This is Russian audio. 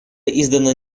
издана